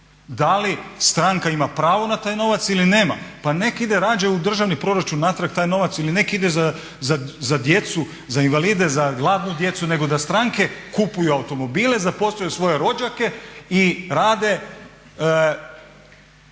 da li stranka ima pravo na taj novac ili nema. Pa nek' ide rađe u državni proračun natrag taj novac ili nek' ide za djecu za invalide za glavnu djecu nego da stranke kupuju automobile, zapošljuju svoje rođake i rade